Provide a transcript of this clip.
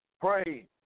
Pray